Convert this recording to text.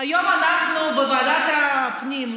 היום בוועדת הפנים,